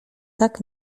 tak